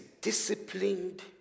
disciplined